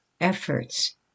efforts